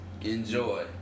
Enjoy